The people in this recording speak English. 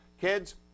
Kids